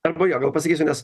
arba jo gal pasakysiu nes